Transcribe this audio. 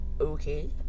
okay